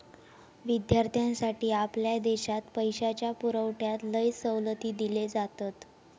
विद्यार्थ्यांसाठी आपल्या देशात पैशाच्या पुरवठ्यात लय सवलती दिले जातत